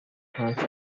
haunts